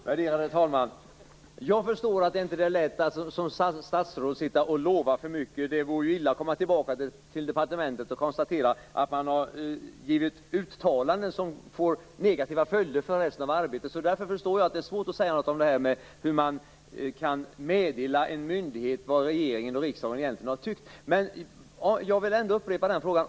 Värderade talman! Jag förstår att det inte är lätt. Man kan som statsråd inte lova för mycket. Det vore illa att komma tillbaka till departementet om det kan konstateras att man har uttalat sig på ett sätt som får negativa följder för arbetet. Därför förstår jag att det är svårt att säga något om hur man kan meddela en myndighet vad regeringen och riksdagen egentligen har tyckt. Men jag vill ändå upprepa frågan.